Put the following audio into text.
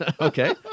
Okay